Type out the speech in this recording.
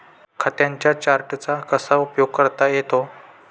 खात्यांच्या चार्टचा कसा उपयोग करता येतो?